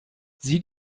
sieh